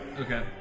Okay